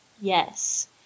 Yes